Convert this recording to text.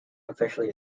officially